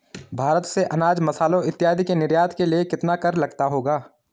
भारत से अनाज, मसालों इत्यादि के निर्यात के लिए कितना कर लगता होगा?